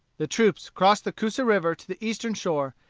the troops crossed the coosa river to the eastern shore,